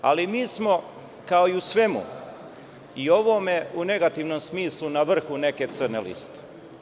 Ali mi smo, kao i u svemu i u ovome u negativnom smislu na vrhu neke crne liste.